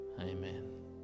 amen